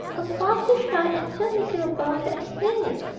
was far too shy and too miserable to explain it.